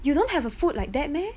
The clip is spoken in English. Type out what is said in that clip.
you don't have a food like that meh